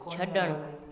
छड॒णु